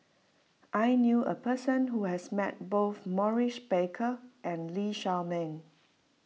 I knew a person who has met both Maurice Baker and Lee Shao Meng